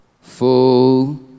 Full